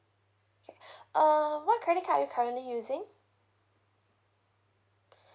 K um what credit card are you currently using